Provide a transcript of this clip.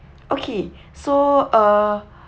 okay so uh